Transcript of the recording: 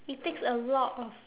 it takes a lot of